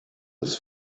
des